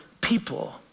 people